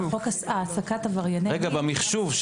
במחשוב,